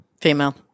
Female